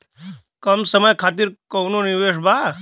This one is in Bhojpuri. कम समय खातिर कौनो निवेश बा?